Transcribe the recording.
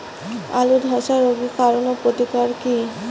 আলুর ধসা রোগের কারণ ও প্রতিকার কি?